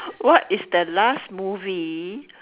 what is the last movie